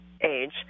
age